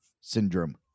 syndrome